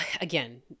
Again